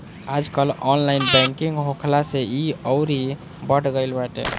आजकल online banking होखला से इ अउरी बढ़ गईल बाटे